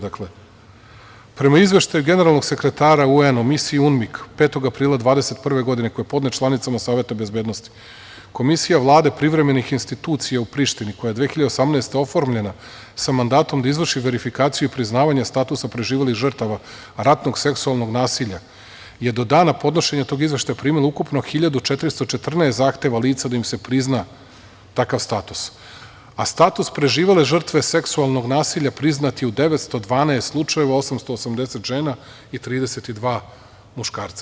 Dakle, prema Izveštaju generalnog sekretara UN u Misiji UNMIK 5. aprila 2021. godine, koji je podnet članicama Saveta bezbednosti, Komisija Vlade privremenih institucija u Prištini, koja je 2018. godine oformljena sa mandatom da izvrši verifikaciju i priznavanje statusa preživelih žrtava ratnog seksualnog nasilja, je do dana podnošenja tog Izveštaja primila ukupno 1.414 zahteva lica da im se prizna takav status, a status preživele žrtve seksualnog nasilja priznat je u 912 slučajeva, 880 žena i 32 muškarca.